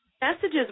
messages